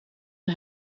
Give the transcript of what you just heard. een